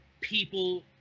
people